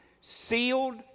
sealed